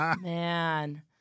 man